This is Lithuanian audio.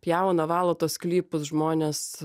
pjauna valo tuos sklypus žmonės